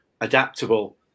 adaptable